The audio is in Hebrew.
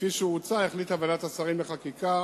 כפי שהוצע, החליטה ועדת השרים לחקיקה,